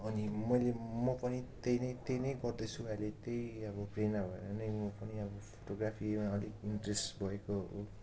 अनि मैले म पनि त्यही नै त्यही नै गर्दैछु अहिले त्यही अब प्रेरणा भएर नै म पनि अब फोटोग्राफीमा अलिक इन्ट्रेस्ट भएको हो